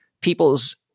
people's